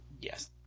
Yes